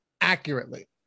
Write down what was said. accurately